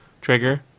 trigger